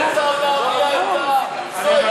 לממשלה מותר